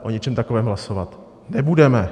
O ničem takovém hlasovat nebudeme.